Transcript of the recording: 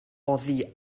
oddi